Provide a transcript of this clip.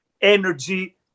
energy